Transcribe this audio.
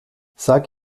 sag